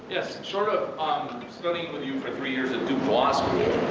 yes. short of studying with you for three years at duke law school,